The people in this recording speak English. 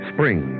Spring